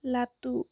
Latu